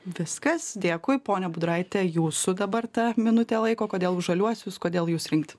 viskas dėkui pone budraite jūsų dabar ta minutė laiko kodėl už žaliuosius kodėl jus rinkti